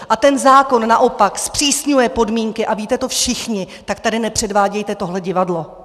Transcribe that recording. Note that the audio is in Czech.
A ten zákon naopak zpřísňuje podmínky, a víte to všichni, tak tady nepředvádějte tohle divadlo.